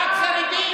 רק חרדי?